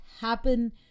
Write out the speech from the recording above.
happen